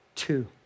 two